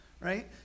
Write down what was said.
right